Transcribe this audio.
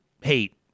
hate